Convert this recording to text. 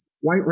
white